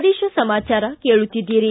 ಪ್ರದೇಶ ಸಮಾಚಾರ ಕೇಳುತ್ತೀದ್ದಿರಿ